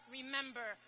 remember